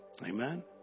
Amen